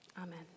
Amen